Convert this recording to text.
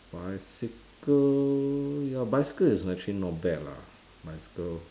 bicycle ya bicycle is actually not bad lah bicycle